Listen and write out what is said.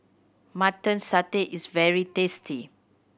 Mutton Satay is very tasty